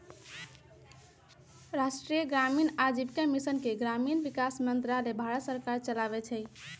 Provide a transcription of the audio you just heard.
राष्ट्रीय ग्रामीण आजीविका मिशन के ग्रामीण विकास मंत्रालय भारत सरकार चलाबै छइ